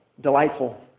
delightful